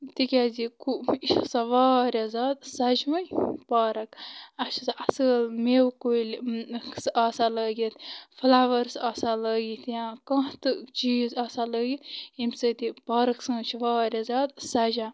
تِکیٛازِ یہِ کُہ یہِ چھِ آسان واریاہ زیادٕ سَجوٕنۍ پارَک اَسہِ چھِ آسان اَصۭل مِو کُلۍ سُہ آسان لٲگِتھ فٕلَوٲرٕس آسان لٲگِتھ یا کانٛہہ تہٕ چیٖز آسان لٲگِتھ ییٚمۍ سۭتۍ یہِ پارٕک سٲنۍ چھِ واریاہ زیادٕ سَجان